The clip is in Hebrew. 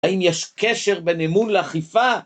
האם יש קשר בין אמון לאכיפה?